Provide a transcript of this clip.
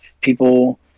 people